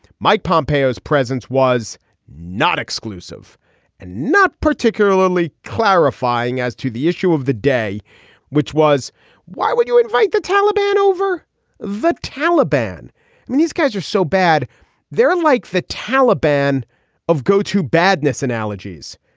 mike pompeo his presence was not exclusive exclusive and not particularly clarifying as to the issue of the day which was why would you invite the taliban over the taliban i mean these guys are so bad they're like the taliban of go to badness analogies.